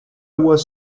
was